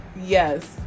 Yes